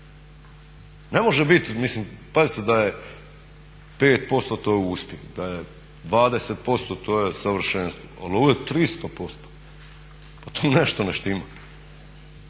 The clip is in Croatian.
Ne može biti, mislim pazite da je 5% to je uspjeh, da je 20% to je savršenstvo, ali ovo je 300%! Pa tu nešto ne štima!